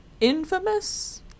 infamous